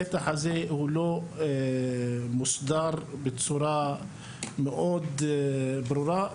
הקטע הזה לא מוסדר, בצורה מאוד ברורה.